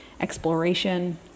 exploration